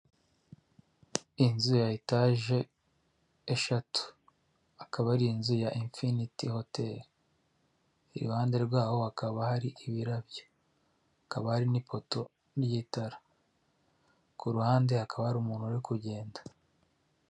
Inzu ya etaje eshatu akaba ari inzu ya infiniti hoteli. Iruhande rwaho hakaba hari ibirabyo, hakaba hari n'ipoto ry'itara, ku ruhande hakaba hari umuntu uri kugenda.